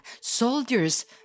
Soldiers